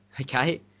Okay